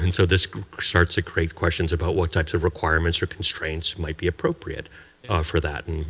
and so this starts to create questions about what types of requirements or constraints might be appropriate for that. and